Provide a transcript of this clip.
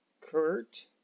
Kurt